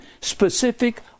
specific